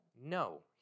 No